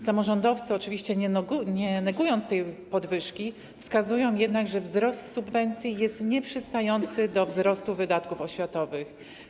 Samorządowcy, oczywiście nie negując tej podwyżki, wskazują jednak, że wzrost subwencji jest nieprzystający do wzrostu wydatków oświatowych.